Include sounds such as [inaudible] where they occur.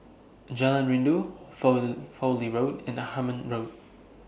Jalan Rindu [unintelligible] Fowlie Road and Hemmant Road